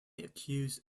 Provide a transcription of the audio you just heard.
accuse